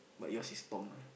but yours is Tom ah